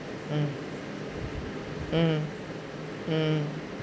mm